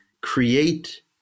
create